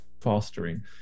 fostering